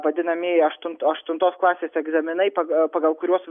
vadinamieji aštunt aštuntos klasės egzaminai pag pagal kuriuos